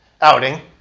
outing